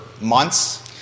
months